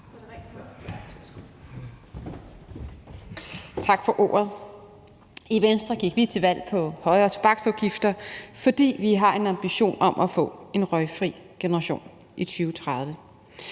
Tak for ordet. I Venstre gik vi til valg på højere tobaksafgifter, fordi vi har en ambition om at få en røgfri generation i 2030,